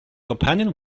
companion